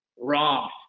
wrong